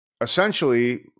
Essentially